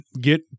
get